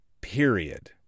period